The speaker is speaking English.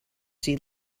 sea